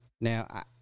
Now